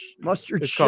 Mustard